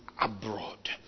abroad